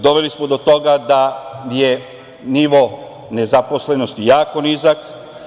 Doveli smo do toga da je nivo nezaposlenosti jako nizak.